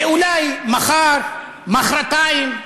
ואולי מחר-מחרתיים,